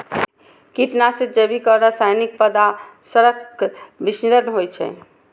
कीटनाशक जैविक आ रासायनिक पदार्थक मिश्रण होइ छै